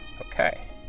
Okay